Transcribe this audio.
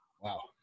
wow